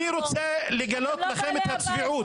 אני רוצה לגלות לכם את הצביעות.